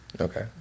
Okay